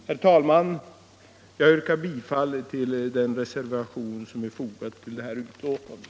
Herr talman! Jag yrkar bifall till den reservation som är fogad till detta betänkande.